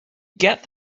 get